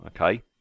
okay